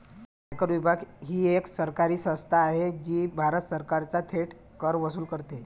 आयकर विभाग ही एक सरकारी संस्था आहे जी भारत सरकारचा थेट कर वसूल करते